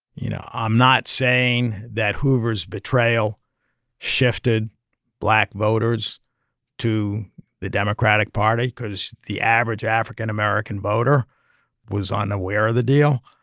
you know, i'm not saying that hoover's betrayal shifted black voters to the democratic party because the average african american voter was unaware of the deal,